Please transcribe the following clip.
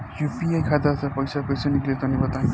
UPI खाता से पइसा कइसे निकली तनि बताई?